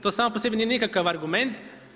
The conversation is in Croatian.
To samo po sebi nije nikakav argument.